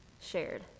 shared